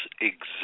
exist